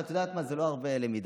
אבל את יודעת מה, זה לא הרבה למידה.